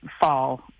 fall